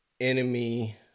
enemy